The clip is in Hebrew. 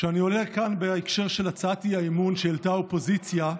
כשאני עולה כאן בהקשר של הצעת האי-אמון שהעלתה האופוזיציה,